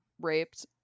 raped